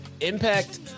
Impact